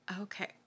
Okay